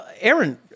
Aaron